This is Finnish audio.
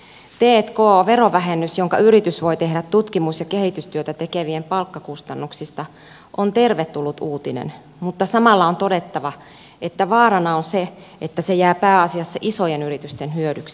t k verovähennys jonka yritys voi tehdä tutkimus ja kehitystyötä tekevien palkkakustannuksista on tervetullut uutinen mutta samalla on todettava että vaarana on se että se jää pääasiassa isojen yritysten hyödyksi